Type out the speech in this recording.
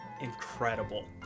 incredible